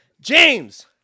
James